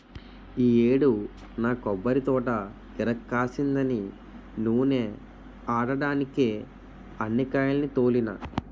ఈ యేడు నా కొబ్బరితోట ఇరక్కాసిందని నూనే ఆడడ్డానికే అన్ని కాయాల్ని తోలినా